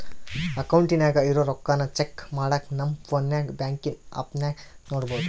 ಅಕೌಂಟಿನಾಗ ಇರೋ ರೊಕ್ಕಾನ ಚೆಕ್ ಮಾಡಾಕ ನಮ್ ಪೋನ್ನಾಗ ಬ್ಯಾಂಕಿನ್ ಆಪ್ನಾಗ ನೋಡ್ಬೋದು